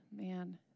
Man